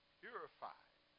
purified